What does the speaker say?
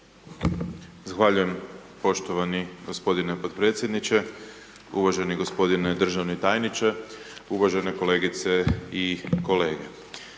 Zahvaljujem poštovani g. potpredsjedniče, uvaženi g. državni tajniče, uvažene kolegice i kolege.